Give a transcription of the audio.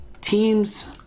teams